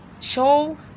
Show